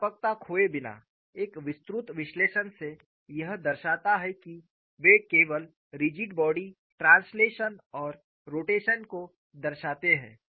व्यापकता खोए बिना एक विस्तृत विश्लेषण से यह दर्शाता है कि वे केवल रिजिड बॉडी ट्रांसलेशन और रोटेशन को दर्शाते हैं